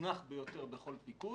והמוזנח ביותר בכל פיקוד.